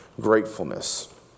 gratefulness